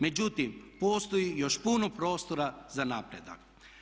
Međutim, postoji još puno prostora za napredak.